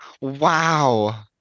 wow